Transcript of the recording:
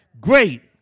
Great